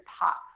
pop